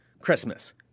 Christmas